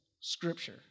Scripture